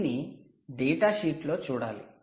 దీన్ని డేటాషీట్లో చూడాలి